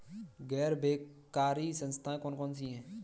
गैर बैंककारी संस्थाएँ कौन कौन सी हैं?